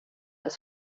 ist